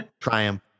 triumph